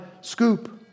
scoop